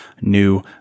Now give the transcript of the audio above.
new